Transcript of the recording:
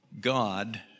God